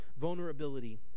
vulnerability